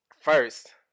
first